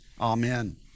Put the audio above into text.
Amen